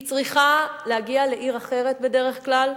היא צריכה להגיע לעיר אחרת, בדרך כלל.